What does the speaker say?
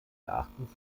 erachtens